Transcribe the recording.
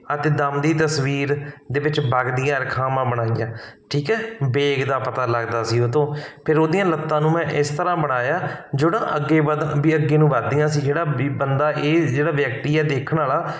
ਅਤੇ ਦਮ ਦੀ ਤਸਵੀਰ ਦੇ ਵਿੱਚ ਵਗਦੀਆਂ ਰੇਖਾਵਾਂ ਬਣਾਈਆਂ ਠੀਕ ਹੈ ਬੇਗ ਦਾ ਪਤਾ ਲੱਗਦਾ ਸੀ ਉਹ ਤੋਂ ਫਿਰ ਉਹਦੀਆਂ ਲੱਤਾਂ ਨੂੰ ਮੈਂ ਇਸ ਤਰ੍ਹਾਂ ਬਣਾਇਆ ਜਿਹੜਾ ਅੱਗੇ ਵੱਧ ਵੀ ਅੱਗੇ ਨੂੰ ਵੱਧਦੀਆਂ ਸੀ ਜਿਹੜਾ ਬੰਦਾ ਇਹ ਜਿਹੜਾ ਵਿਅਕਤੀ ਹੈ ਦੇਖਣਾ ਵਾਲਾ